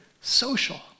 social